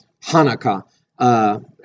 Hanukkah